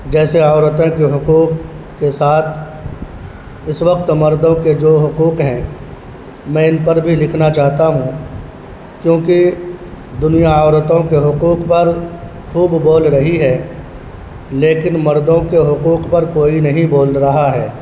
جیسے عورتیں کے حقوق کے ساتھ اس وقت مردوں کے جو حقوق ہیں میں ان پر بھی لکھنا چاہتا ہوں کیوںکہ دنیا عورتوں کے حقوق پر خوب بول رہی ہے لیکن مردوں کے حقوق پر کوئی نہیں بول رہا ہے